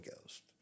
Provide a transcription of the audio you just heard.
Ghost